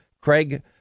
Craig